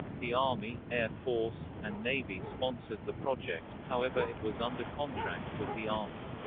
the army, air force, and navy sponsored the project, however it was under contract with the army.